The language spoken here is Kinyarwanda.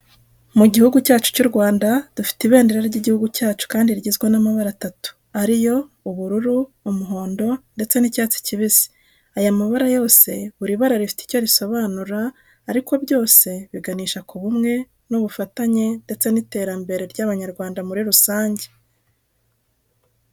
Mu gihugu cyacu cy'u Rwanda dufite ibendera ry'igihugu cyacu kandi rigizwe n'amabara atatu ariyo ubururu, umuhondo ndetse n'icyatsi kibisi. Aya mabara yose buri bara rifite icyo risobanura ariko byose biganisha k'ubumwe n'ubufatanye ndetse n'iterambere ry'abanyarwanda muri rusange.